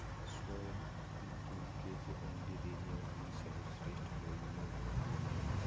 स्वर्ण धूमकेतु अंडे देने वाली सर्वश्रेष्ठ मुर्गियों में एक है